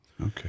Okay